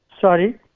sorry